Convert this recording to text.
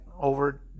over